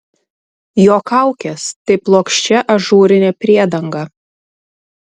jo kaukės tai plokščia ažūrinė priedanga